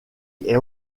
est